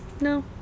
no